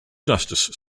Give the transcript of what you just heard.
justice